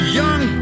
young